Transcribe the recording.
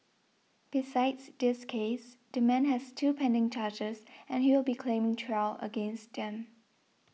besides this case the man has two pending charges and he will be claiming trial against them